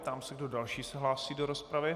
Ptám se, kdo další se hlásí do rozpravy.